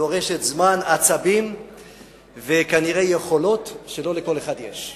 דורשת זמן, עצבים וכנראה יכולות שלא לכל אחד יש.